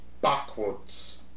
backwards